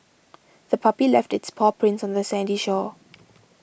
the puppy left its paw prints on the sandy shore